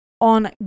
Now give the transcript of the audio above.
on